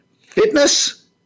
fitness